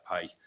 pay